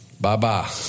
bye-bye